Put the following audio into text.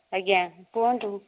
ଆଜ୍ଞା କୁହନ୍ତୁ